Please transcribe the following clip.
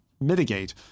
mitigate